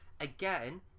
again